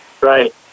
Right